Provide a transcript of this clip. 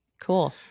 Cool